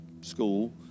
school